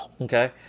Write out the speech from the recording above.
Okay